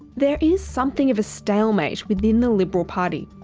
there is something of a stalemate within the liberal party.